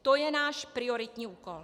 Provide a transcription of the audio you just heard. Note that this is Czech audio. To je náš prioritní úkol.